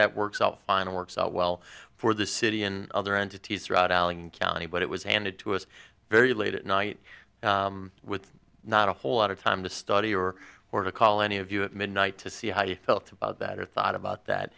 that works out fine works out well for the city and other entities throughout allen county but it was handed to us very late at night with not a whole lot of time to study or where to call any of you at midnight to see how you felt about that or thought about that